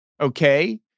okay